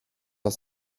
aus